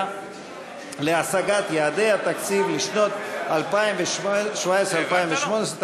להשגת יעדי התקציב לשנות 2017 ו-2018),